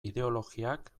ideologiak